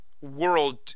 world